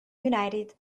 united